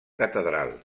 catedral